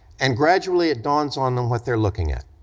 and gradually it dawns on them what they're looking at.